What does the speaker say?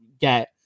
get